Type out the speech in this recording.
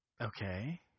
Okay